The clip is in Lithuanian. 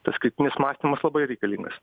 tas kritinis mąstymas labai reikalingas